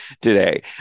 today